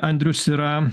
andrius yra